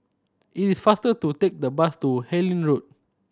it is faster to take the bus to Harlyn Road